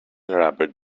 rubber